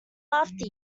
after